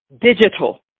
digital